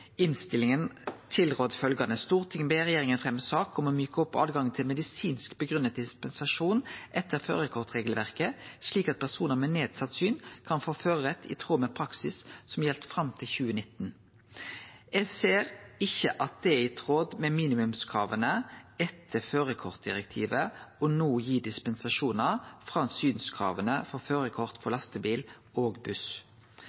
innstillinga har tilrådd følgjande: «Stortinget ber regjeringen fremme sak om å myke opp adgangen til medisinsk begrunnet dispensasjon etter førerkortregelverket, slik at personer med nedsatt syn kan få førerrett i tråd med praksis som gjaldt frem til 2019.» Eg ser ikkje at det er i tråd med minimumskrava etter førarkortdirektivet no å gi dispensasjonar frå synskrava for førarkort for lastebil og buss.